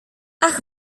ach